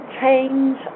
change